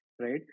right